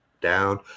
down